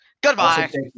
goodbye